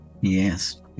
Yes